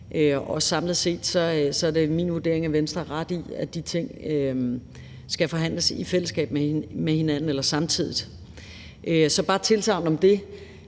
samlet set er det min vurdering, at Venstre har ret i, at de ting skal forhandles i fællesskab med hinanden eller samtidig. Så det er bare et tilsagn om det.